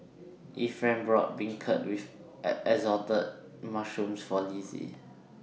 Ephraim bought Beancurd with Assorted Mushrooms For Lizzie